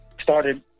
started